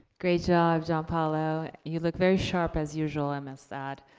great job, john pollo. you look very sharp, as usual, i must add.